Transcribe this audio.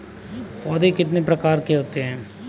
पौध कितने प्रकार की होती हैं?